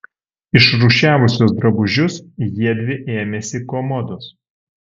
išrūšiavusios drabužius jiedvi ėmėsi komodos